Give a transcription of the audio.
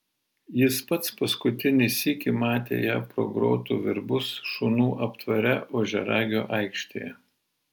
jis pats paskutinį sykį matė ją pro grotų virbus šunų aptvare ožiaragio aikštėje